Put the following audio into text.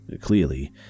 Clearly